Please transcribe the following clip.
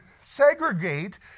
segregate